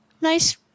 Nice